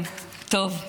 כן, טוב,